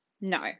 no